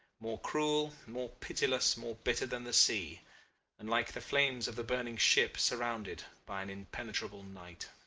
more cruel, more pitiless, more bitter than the sea and like the flames of the burning ship surrounded by an impenetrable night.